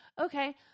okay